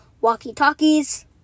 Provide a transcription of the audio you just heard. walkie-talkies